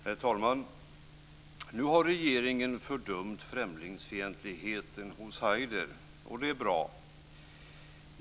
Herr talman! Nu har regeringen fördömt främlingsfientligheten hos Haider, och det är bra.